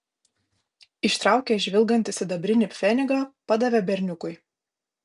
ištraukęs žvilgantį sidabrinį pfenigą padavė berniukui